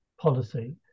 policy